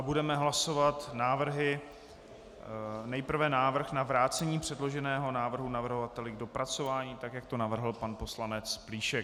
Budeme hlasovat nejprve návrh na vrácení předloženého návrhu navrhovateli k dopracování, jak to navrhl pan poslanec Plíšek.